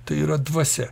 tai yra dvasia